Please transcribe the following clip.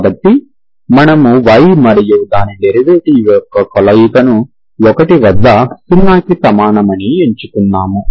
కాబట్టి మనము y మరియు దాని డెరివేటివ్ యొక్క కలయికను 1 వద్ద 0 కి సమానమని ఎంచుకున్నాము